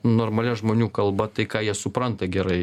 normalia žmonių kalba tai ką jie supranta gerai